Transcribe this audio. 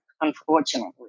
unfortunately